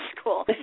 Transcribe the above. school